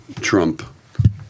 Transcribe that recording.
trump